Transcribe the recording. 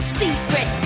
secret